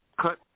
cut